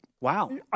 Wow